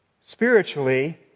Spiritually